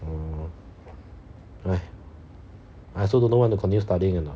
oh !hais! I also don't know what to continue studying or not